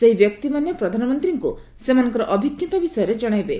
ସେହି ବ୍ୟକ୍ତିମାନେ ପ୍ରଧାନମନ୍ତ୍ରୀଙ୍କୁ ସେମାନଙ୍କର ଅଭିଜ୍ଞତା ବିଷୟରେ ଜଣାଇବେ